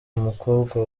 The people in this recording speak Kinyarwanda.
umukobwa